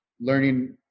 learning